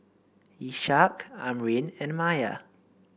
Ishak Amrin and Maya